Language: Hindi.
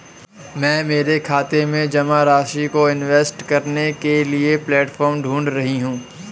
मैं मेरे खाते में जमा राशि को इन्वेस्ट करने के लिए प्लेटफॉर्म ढूंढ रही हूँ